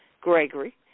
Gregory